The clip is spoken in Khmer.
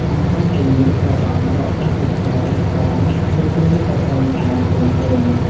អង្កាំទាំងនេះ ត្រូវបានប្រើប្រាស់ជាខ្សែ កង ឬគ្រឿងតុបតែងកាយផ្សេងៗ។